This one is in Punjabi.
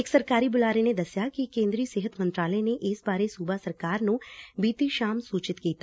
ਇਕ ਸਰਕਾਰੀ ਬੁਲਾਰੇ ਨੇ ਦੱਸਿਆ ਕਿ ਕੇਂਦਰੀ ਸਿਹਤ ਮੰਤਰਾਲੇ ਨੇ ਇਸ ਬਾਰੇ ਸੁਬਾ ਸਰਕਾਰ ਨੂੰ ਬੀਤੀ ਸ਼ਾਮ ਸੂਚਿਤ ਕੀਤਾ